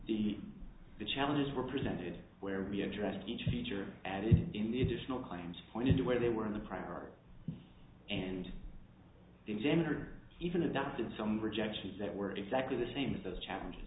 the the challenges were presented where we addressed each feature added in the additional claims pointed to where they were in the prior art and the examiner even adopted some rejections that were exactly the same as those challenges